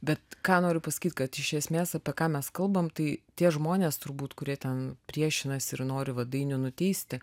bet ką noriu pasakyt kad iš esmės apie ką mes kalbam tai tie žmonės turbūt kurie ten priešinasi ir nori vat dainių nenuteisti